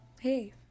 hey